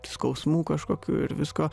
skausmų kažkokių ir visko